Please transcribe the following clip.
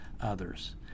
others